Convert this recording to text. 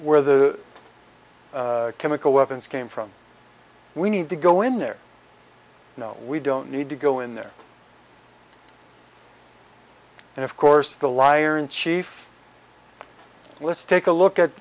where the chemical weapons came from we need to go in there no we don't need to go in there and of course the liar in chief let's take a look at